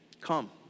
come